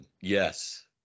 yes